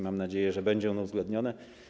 Mam nadzieję, że będzie to uwzględnione.